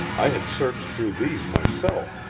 i had searched through these myself,